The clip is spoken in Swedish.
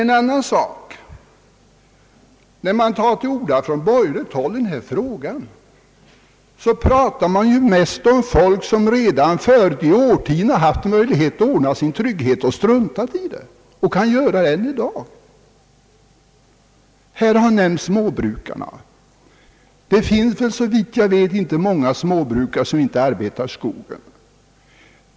När man på borgerligt håll tar till orda i denna fråga pratar man mest om folk som redan under årtionden haft möjlighet att ordna sin trygghet och struntat i det och fortfarande har kvar möjligheten. Här har småbrukarna nämnts. Såvitt jag vet finns det inte många småbrukare som inte arbetar i skogen.